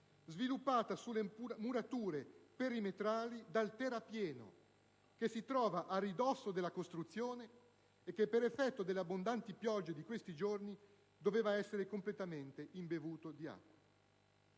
sviluppata sulle murature perimetrali dal terrapieno che si trova a ridosso della costruzione e che, per effetto delle abbondanti piogge di questi giorni, doveva essere completamente imbevuto di acqua.